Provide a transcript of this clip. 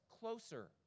closer